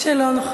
חצי שנה.